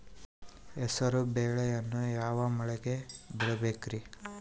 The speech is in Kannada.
ಹೆಸರುಬೇಳೆಯನ್ನು ಯಾವ ಮಳೆಗೆ ಬೆಳಿಬೇಕ್ರಿ?